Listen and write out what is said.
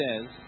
says